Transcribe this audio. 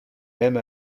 même